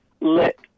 let